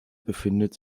befindet